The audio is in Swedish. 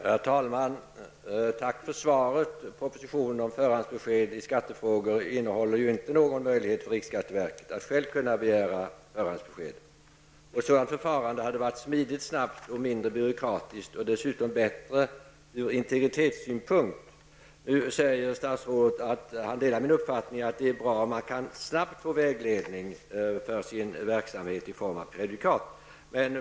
Herr talman! Tack för svaret. Propositionen om förhandsbesked i skattefrågor innehåller inte någon möjlighet för riksskatteverket att självt kunna begära förhandsbesked. Ett sådant förfarande hade varit smidigt, snabbt och mindre byråkratiskt och dessutom bättre ur integritetssynpunkt. Nu säger statsrådet att han delar min uppfattning att det är bra om man snabbt kan få vägledning för sin verksamhet i form av prejudikat.